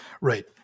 Right